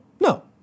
No